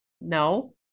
no